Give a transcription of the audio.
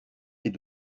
est